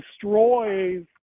destroys